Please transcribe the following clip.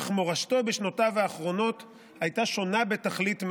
אך מורשתו בשנותיו האחרונות הייתה שונה בתכלית מהאגדה.